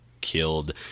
Killed